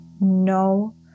no